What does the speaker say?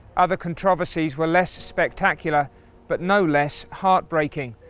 other controversies were less spectacular but no less heartbreaking,